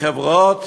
בחברות?